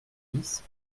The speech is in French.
dix